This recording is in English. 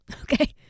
okay